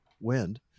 wind